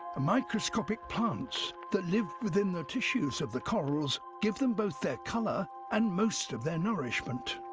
ah microscopic plants that live within the tissues of the corals give them both their color and most of their nourishment.